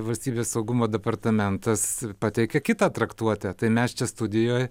valstybės saugumo departamentas pateikė kitą traktuotę tai mes čia studijoj